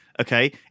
okay